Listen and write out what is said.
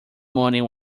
morning